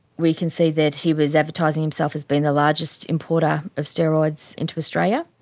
we can see that he was advertising himself as being the largest importer of steroids into australia,